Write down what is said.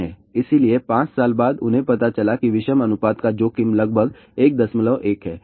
इसलिए 5 साल बाद उन्हें पता चला कि विषम अनुपात का जोखिम लगभग 11 है